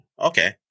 Okay